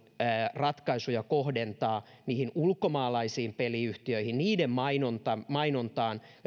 ratkaisuja kohdentaa ennen muuta ulkomaalaisiin peliyhtiöihin niiden mainontaan mainontaan